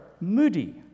moody